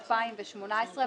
התשע"ט 2018,";